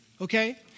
okay